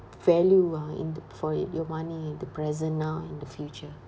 value ah in for your money in the present now in the future